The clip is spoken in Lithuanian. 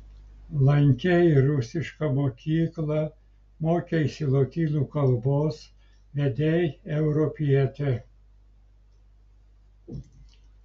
lankei rusišką mokyklą mokeisi lotynų kalbos vedei europietę